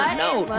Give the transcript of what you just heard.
no,